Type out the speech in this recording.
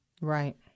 Right